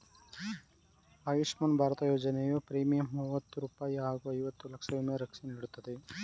ಆಯುಷ್ಮಾನ್ ಭಾರತ ಯೋಜನೆಯ ಪ್ರೀಮಿಯಂ ಮೂವತ್ತು ರೂಪಾಯಿ ಹಾಗೂ ಐದು ಲಕ್ಷ ವಿಮಾ ರಕ್ಷೆ ನೀಡುತ್ತೆ